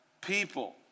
people